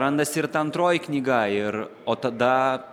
randasi ir ta antroji knyga ir o tada